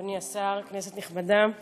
אדוני השר, כנסת נכבדה,